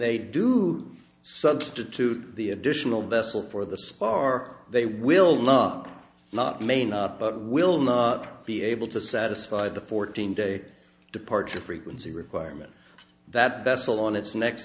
they do substitute the additional vessel for the spark they will not not may not but will not be able to satisfy the fourteen day departure frequency requirement that vessel on its next